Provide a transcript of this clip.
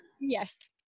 yes